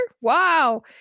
Wow